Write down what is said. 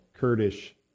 Kurdish